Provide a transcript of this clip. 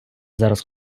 зараз